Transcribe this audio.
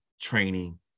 training